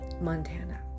Montana